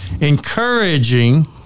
encouraging